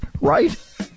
right